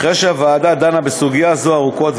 אחרי שהוועדה דנה בסוגיה זו ארוכות,